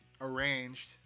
arranged